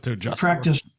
Practice